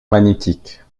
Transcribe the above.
magnétique